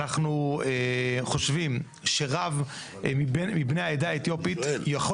אנחנו חושבים שרב מבני העדה האתיופית יכול